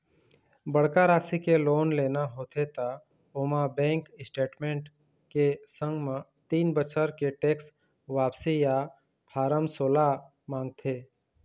बड़का राशि के लोन लेना होथे त ओमा बेंक स्टेटमेंट के संग म तीन बछर के टेक्स वापसी या फारम सोला मांगथे